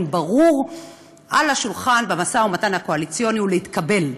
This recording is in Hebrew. ברור על השולחן במשא-ומתן הקואליציוני ויתקבל.